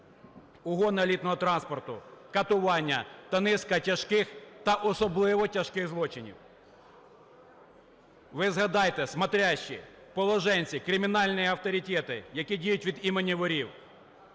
угон елітного транспорту, катування та низка тяжких та особливо тяжких злочинів. Ви згадайте, "смотрящі", "положенці", кримінальні авторитети, які діють від імені ворів,